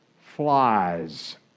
flies